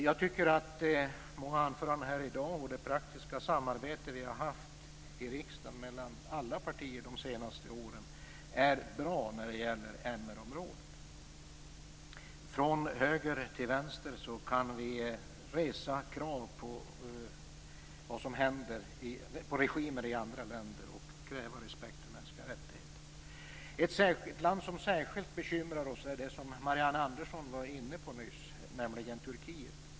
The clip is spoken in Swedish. Jag tycker att många anföranden här i dag och det praktiska samarbete som vi har haft i riksdagen mellan alla partier de senaste åren är bra när det gäller mr-området. Från höger till vänster kan vi resa krav på regimer i andra länder och kräva respekt för mänskliga rättigheter. Ett land som särskilt bekymrar oss är det som Marianne Andersson var inne på nyss, nämligen Turkiet.